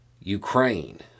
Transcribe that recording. Ukraine